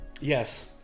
Yes